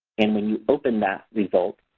and when you open that result,